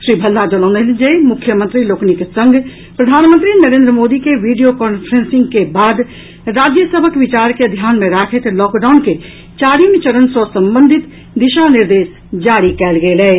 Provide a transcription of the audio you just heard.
श्री भल्ला जनौलनि जे मुख्यमंत्री लोकनिक संग प्रधानमंत्री नरेन्द्र मोदी के वीडियो कांफ्रेंसिंग के बाद राज्य सभक विचार के ध्यान मे राखैत लॉकडाउन के चारिम चरण सँ संबंधित दिशा निर्देश जारी कयल गेल अछि